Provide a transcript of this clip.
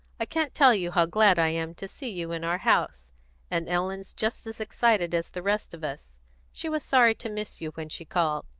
i can't tell you how glad i am to see you in our house and ellen's just as excited as the rest of us she was sorry to miss you when she called.